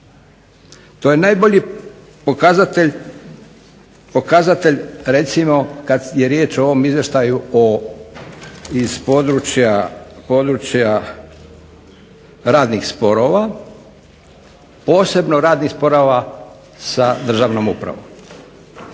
To je najbolji pokazatelj recimo kada je riječ o ovom izvještaju iz područja radnih sporova, posebno radnih sporova sa državnom upravom.